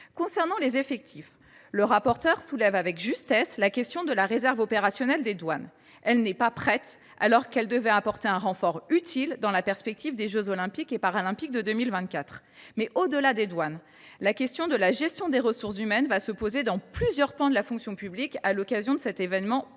Concernant les effectifs, le rapporteur spécial soulève avec justesse la question de la réserve opérationnelle des douanes. Cette dernière n’est pas prête, alors qu’elle devait apporter un renfort utile dans la perspective des jeux Olympiques et Paralympiques de 2024. Au delà des douanes, la question de la gestion des ressources humaines va se poser dans plusieurs pans de la fonction publique, à l’occasion de cet événement